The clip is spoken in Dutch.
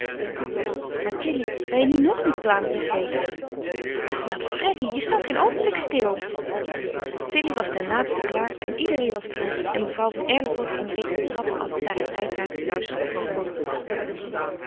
maar tilly ben je nu nog niet klaar met die veters ach wat freddy je staat geen oogenblik stil tilly was ten laatste klaar en iedereen was klaar en mevrouw van erlevoort ging reeds de trappen af daar het rijtuig juist gekomen was